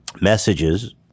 messages